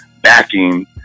backing